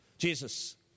Jesus